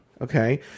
Okay